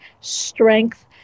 strength